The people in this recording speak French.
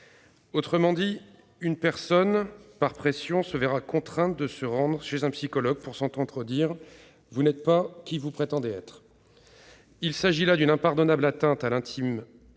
Autrement dit, une personne, par des pressions, se verra contrainte de se rendre chez un psychologue pour s'entendre dire :« Vous n'êtes pas qui vous prétendez être. » Il s'agit là d'une impardonnable atteinte à l'intime